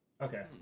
Okay